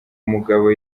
umugabo